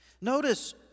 Notice